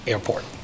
Airport